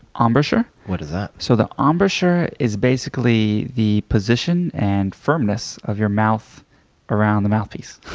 ah embouchure. what is that? so the ah embouchure is basically the position and firmness of your mouth around the mouthpiece.